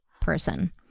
person